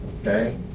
okay